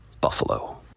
Buffalo